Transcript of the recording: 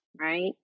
Right